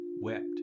wept